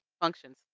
functions